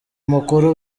mukuru